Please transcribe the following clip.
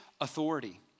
authority